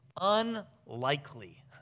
Unlikely